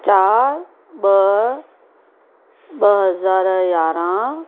चारि ॿ ॿ हज़ार यारहं